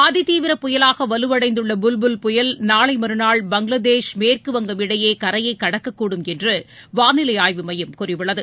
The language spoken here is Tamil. அதிதீவிர புயலாக வலுவடைந்துள்ள புல் புயல் நாளை மறுநாள் பங்களதேஷ் மேற்குவங்கம் இடையே கரையை கடக்ககடகூடும் என்று வானிலை ஆய்வு மையம் கூறியுள்ளது